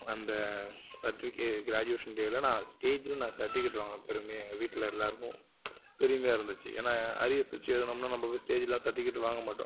அந்த சர்டிவிகே graduation day நான் ஸ்டேஜில் நான் சர்டிவிகேட் வாங்கினேன் பெருமையாக எங்கள் வீட்டில் எல்லாருக்கும் பெருமையாக இருந்துச்சு ஏன்னால் அரியர்ஸ் வச்சு எழுதுனோம்னால் நம்ம போய் ஸ்டேஜ்லலாம் சர்டிவிகேட் வாங்க மாட்டோம்